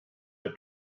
for